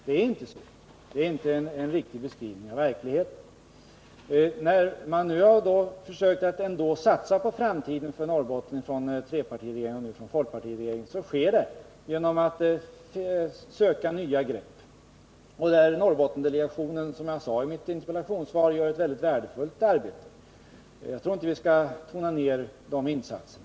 Det är inte så — det är inte en riktig beskrivning av verkligheten som Sten-Ove Sundström lämnar. När man ändå, som trepartiregeringen har gjort och folkpartiregeringen nu gör, försöker satsa på framtiden i Norrbotten sker det genom att man söker nya grepp. Där gör Norrbottendelegationen, som jag sade i mitt interpellationssvar, ett mycket värdefullt arbete. Jag tycker inte att vi skall tona ner dess insatser.